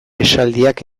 esaldiak